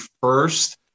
first